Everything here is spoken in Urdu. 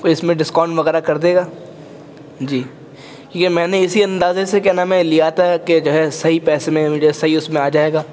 کوئی اس میں ڈسکاؤنٹ وغیرہ کر دے گا جی یہ میں نے اسی اندازے سے کیا نام ہے لیا تھا کہ جو ہے صحیح پیسے میل جو ہے صحیح اس میں آ جائے گا